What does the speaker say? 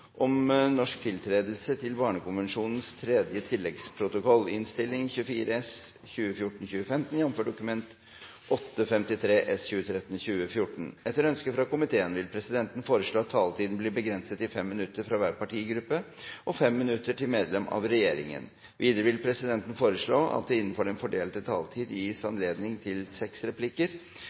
om ordet til sak nr. 2. Etter ønske fra utenriks- og forsvarskomiteen vil presidenten foreslå at taletiden blir begrenset til 5 minutter til hver partigruppe og 5 minutter til medlem av regjeringen. Videre vil presidenten foreslå at det blir gitt anledning til replikkordskifte med inntil seks replikker med svar etter innlegg fra medlemmet av regjeringen innenfor den fordelte taletid.